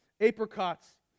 apricots